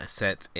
set